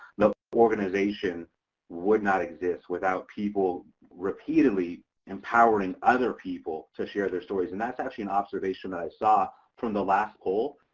no organization would not exist without people repeatedly empowering other people to share their stories and that's actually an observation that i saw from the last poll.